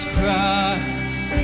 Christ